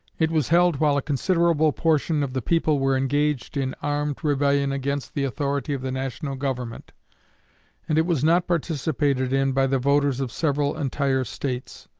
it was held while a considerable portion of the people were engaged in armed rebellion against the authority of the national government and it was not participated in by the voters of several entire states.